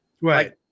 Right